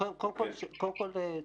קודם כול,